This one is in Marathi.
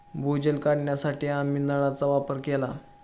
भूजल काढण्यासाठी आम्ही नळांचा वापर केला